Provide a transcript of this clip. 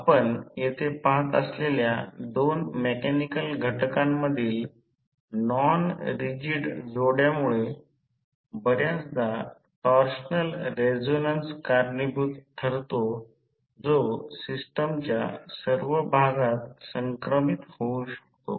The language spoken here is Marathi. आपण येथे पाहत असलेल्या दोन मेकॅनिकल घटकांमधील नॉन रिजिड जोड्यामुळे बर्याचदा टॉर्शनल रेझोनन्स कारणीभूत ठरतो जो सिस्टमच्या सर्व भागात संक्रमित होऊ शकतो